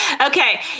Okay